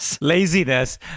Laziness